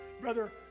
brother